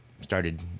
started